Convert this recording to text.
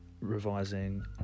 revising